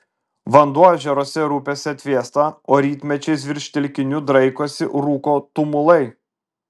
vanduo ežeruose ir upėse atvėsta o rytmečiais virš telkinių draikosi rūko tumulai